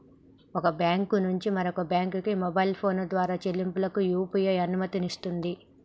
ఒక బ్యాంకు నుంచి మరొక బ్యాంకుకు మొబైల్ ఫోన్ ద్వారా చెల్లింపులకు యూ.పీ.ఐ అనుమతినిస్తుంది